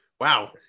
Wow